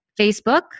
Facebook